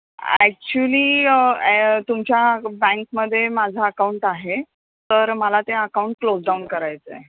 actually uh तुमच्या बँकमध्ये माझा अकाउंट आहे तर मला ते अकाऊंट क्लोज डाऊन करायचं आहे